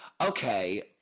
Okay